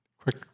Quick